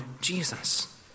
Jesus